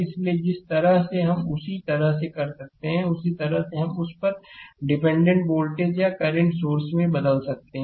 इसलिए जिस तरह से हम उसी तरह से कर सकते हैं उसी तरह से हम उस पर डिपेंडेंट वोल्टेज या व करंट सोर्स में बदल सकते हैं